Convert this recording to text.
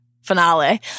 Finale